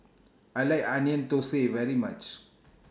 I like Onion Thosai very much